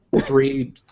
three